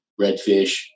redfish